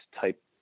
type